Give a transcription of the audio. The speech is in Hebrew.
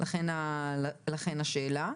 לכן השאלה,